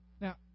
Now